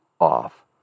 off